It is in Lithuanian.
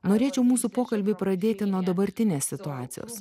norėčiau mūsų pokalbį pradėti nuo dabartinės situacijos